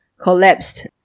collapsed